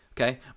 okay